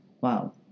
wow